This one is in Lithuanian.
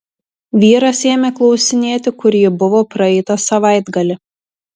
vyras ėmė klausinėti kur ji buvo praeitą savaitgalį